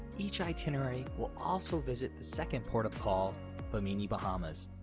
each itinerary will also visit the second port of call bimini, bahamas.